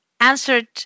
answered